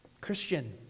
Christian